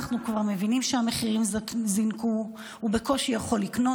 אנחנו כבר מבינים שהמחירים זינקו והוא בקושי יכול לקנות.